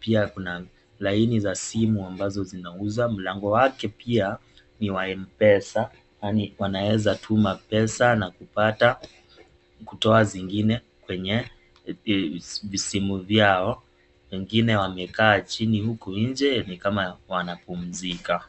pia kuna laini za simu ambazo zinauzwa mlango wake pia ni wa M-pesa yani wanaweza tuma pesa na kupata, kutoa zingine kwenye visimu vyao, wengine wamekaa chini huku nje nikama wanapumzika